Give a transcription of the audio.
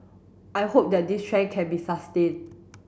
I hope that this trend can be sustained